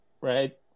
right